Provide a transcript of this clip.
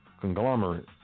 conglomerate